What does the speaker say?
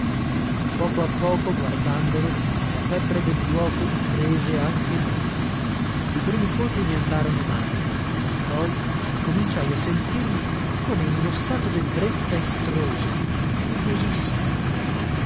a poco a poco guardando la febbre del giuoco prese anche me i primi colpi mi andarono male poi cominciai a sentirmi come in uno stato debbrezza estrosa curiosissima